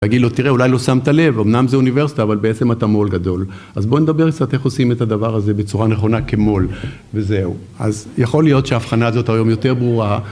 אגיד לו תראה אולי לא שמת לב אמנם זה אוניברסיטה אבל בעצם אתה מו"ל גדול אז בוא נדבר קצת איך עושים את הדבר הזה בצורה נכונה כמו"ל וזהו אז יכול להיות שהאבחנה הזאת היום יותר ברורה